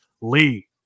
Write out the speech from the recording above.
lee